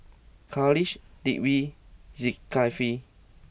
Khalish Dwi Zikri